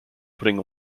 putting